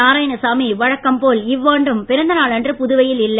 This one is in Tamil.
நாராயணசாமி வழக்கம் போல் இவ்வாண்டும் பிறந்த நாள் அன்று புதுவையில் இல்லை